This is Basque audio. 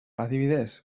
adibidez